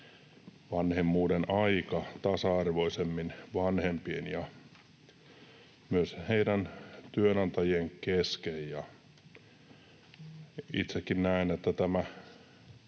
vanhemmuuden aika tasa-arvoisemmin vanhempien ja myös heidän työnantajiensa kesken. Itsekin näen, että tämä